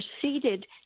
proceeded